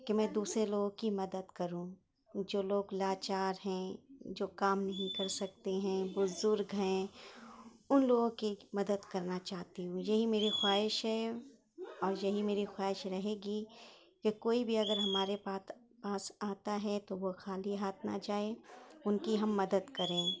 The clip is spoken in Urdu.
کہ میں دوسرے لوگوں کی مدد کروں جو لوگ لاچار ہیں جو کام نہیں کر سکتے ہیں بزرگ ہیں ان لوگوں کی مدد کرنا چاہتی ہوں یہی میری خواہش ہے اور یہی میری خواہش رہے گی کہ کوئی بھی اگر ہمارے پات پاس آتا ہے تو وہ خالی ہاتھ نہ جائے ان کی ہم مدد کریں